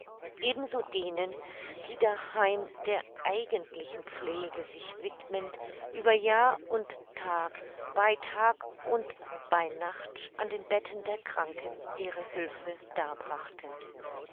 ebenso denen die daheim der eigentlichen pflege sich widmend über jahr und tag bei tag und bei nacht an den betten der kranken ihre hülfe darbrachten